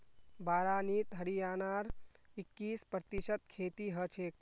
बारानीत हरियाणार इक्कीस प्रतिशत खेती हछेक